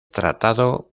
tratado